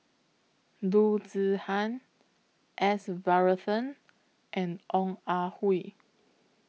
Loo Zihan S Varathan and Ong Ah Hoi